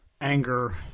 anger